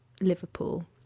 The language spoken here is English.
Liverpool